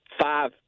five